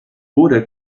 wurde